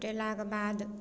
पटेलाके बाद